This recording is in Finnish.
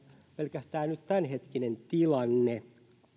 pelkästään nyt tämänhetkinen tilanne